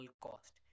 cost